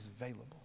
available